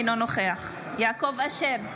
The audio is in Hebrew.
אינו נוכח יעקב אשר,